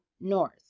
north